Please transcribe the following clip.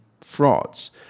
frauds